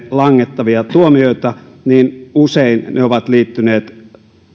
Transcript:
langettavia tuomioita niin usein ne ovat liittyneet